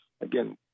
again